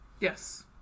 Yes